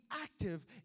active